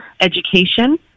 education